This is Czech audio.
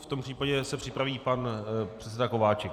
V tom případě se připraví pan předseda Kováčik.